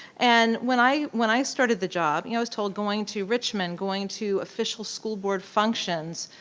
and when i when i started the job, and i was told going to richmond, going to official school board functions,